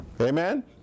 Amen